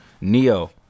Neo